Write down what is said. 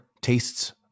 tastes